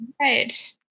right